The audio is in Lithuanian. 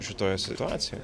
šitoje situacijoj